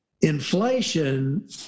Inflation